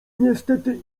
niestety